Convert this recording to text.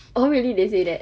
oh really they say that